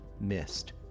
missed